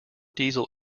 diesel